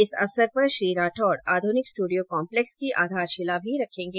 इस अवसर पर श्री राठौड़ आधुनिक स्ट्रंडियो कॉम्पलेक्स की आधारशिला भी रखेंगे